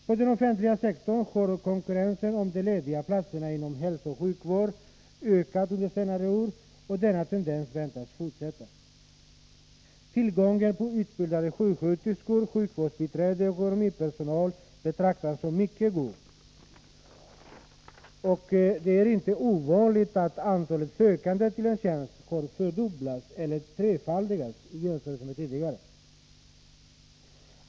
På den offentliga sektorn har konkurrensen om de lediga platserna inom hälsooch sjukvården ökat under senare år, och denna tendens väntas fortsätta. Tillgången på utbildade sjuksköterskor och sjukvårdsbiträden och på utbildad ekonomipersonal betraktas som mycket god, och det är inte ovanligt att antalet sökande till en tjänst har fördubblats eller trefaldigats i jämförelse med tidigare.